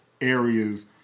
areas